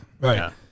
Right